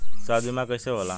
स्वास्थ्य बीमा कईसे होला?